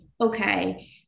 okay